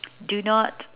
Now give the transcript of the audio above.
do not